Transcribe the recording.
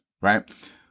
right